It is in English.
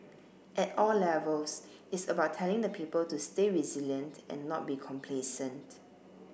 at all levels it's about telling the people to stay resilient and not be complacent